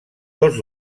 tots